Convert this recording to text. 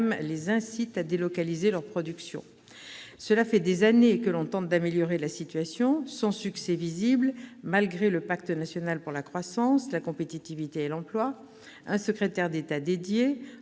les incite à délocaliser leur production. Cela fait des années que l'on tente d'améliorer la situation sans grand succès visible, malgré le pacte national pour la croissance, la compétitivité et l'emploi, un secrétaire d'État dédié,